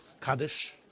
Kaddish